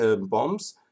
bombs